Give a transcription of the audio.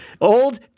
old